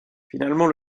finalement